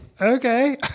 okay